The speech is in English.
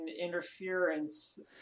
interference